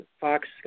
Fox